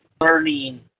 learning